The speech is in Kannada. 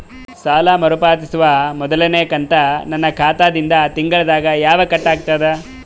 ಸಾಲಾ ಮರು ಪಾವತಿಸುವ ಮೊದಲನೇ ಕಂತ ನನ್ನ ಖಾತಾ ದಿಂದ ತಿಂಗಳದಾಗ ಯವಾಗ ಕಟ್ ಆಗತದ?